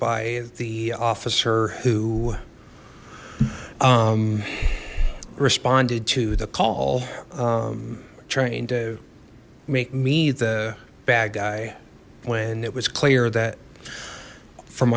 by the officer who responded to the call trying to make me the bad guy when it was clear that from